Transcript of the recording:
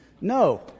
No